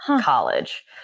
college